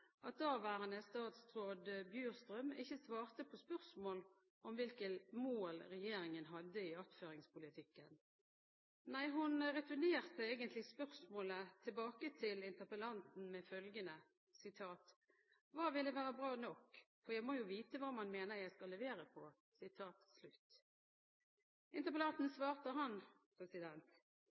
at daværende statsråd Bjurstrøm ikke svarte på spørsmål om hvilke mål regjeringen hadde i attføringspolitikken. Nei, hun returnerte egentlig spørsmålet tilbake til interpellanten med følgende: «Hva ville være bra nok? For jeg må jo vite hva man mener jeg skal levere på.» Interpellanten svarte, han,